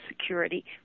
security